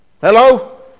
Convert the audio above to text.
Hello